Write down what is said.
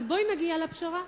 אבל בואי נגיע לפשרה.